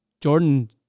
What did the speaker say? Jordan